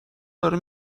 داره